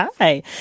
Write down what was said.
Hi